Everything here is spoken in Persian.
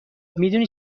میدونی